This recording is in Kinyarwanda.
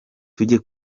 tujye